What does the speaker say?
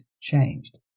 changed